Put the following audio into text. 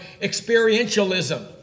experientialism